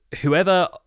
whoever